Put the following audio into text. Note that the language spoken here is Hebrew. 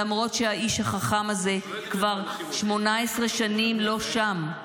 למרות שהאיש החכם הזה כבר 18 שנים לא שם,